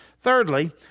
Thirdly